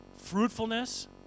fruitfulness